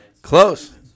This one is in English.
Close